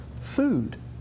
food